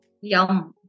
Yum